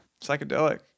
psychedelic